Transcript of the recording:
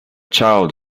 child